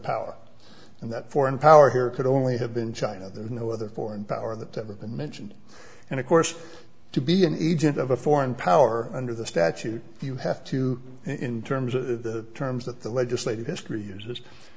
power and that foreign power here could only have been china there's no other foreign power that ever been mentioned and of course to be an agent of a foreign power under the statute you have to in terms of the terms that the legislative history uses